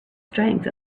strength